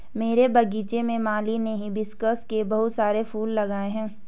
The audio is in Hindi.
मेरे बगीचे में माली ने हिबिस्कुस के बहुत सारे फूल लगाए हैं